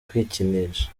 kwikinisha